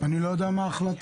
אני לא יודע מה ההחלטה.